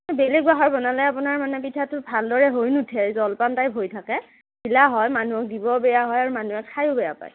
বেলেগ বাঁহৰ বনালে আপোনাৰ মানে পিঠাটো ভালদৰে হৈ নুঠে জলপান টাইপ হৈ থাকে ঢিলা হয় মানুহক দিব বেয়া হয় আৰু মানুহে খাইও বেয়া পায়